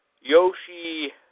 Yoshi